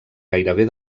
gairebé